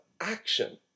action